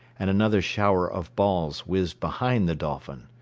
and another shower of balls whizzed behind the dolphin.